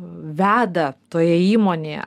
veda toje įmonėje